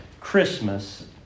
Christmas